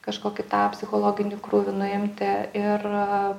kažkokį tą psichologinį krūvį nuimti ir